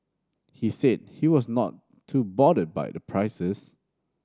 he said he was not too bothered by the prices